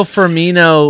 Firmino